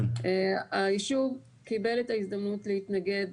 היישוב קיבל את ההזדמנות להתנגד.